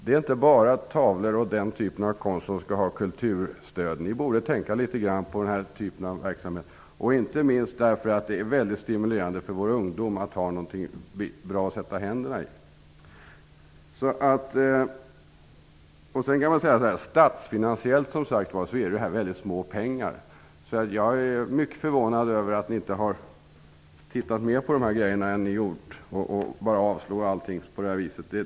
Det är inte bara tavlor och den typen av konst som skall ha kulturstöd -- ni borde tänka litet grand på den här typen av verksamhet, inte minst för att det är väldigt stimulerande för våra ungdommar att ha någonting bra att syssla med. Statsfinansiellt gäller det här som sagt väldigt små pengar. Jag är därför mycket förvånad över att ni inte har tittat mer på de här grejerna än ni gjort utan bara avstyrker allting på det här viset.